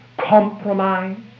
compromise